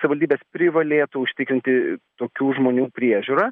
savivaldybės privalėtų užtikrinti tokių žmonių priežiūrą